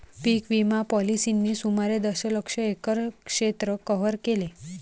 पीक विमा पॉलिसींनी सुमारे दशलक्ष एकर क्षेत्र कव्हर केले